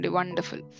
wonderful